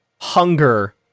hunger